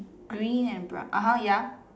green and brown (uh huh) ya